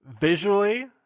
visually